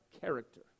character